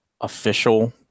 official